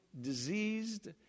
diseased